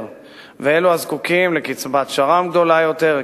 ואלו הזקוקים לקצבת שר"מ גדולה יותר,